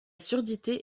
surdité